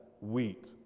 wheat